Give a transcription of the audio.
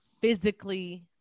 physically